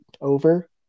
over